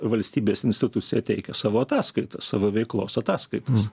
valstybės institucija teikia savo ataskaitą savo veiklos ataskaitas